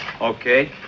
okay